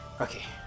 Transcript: Okay